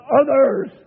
others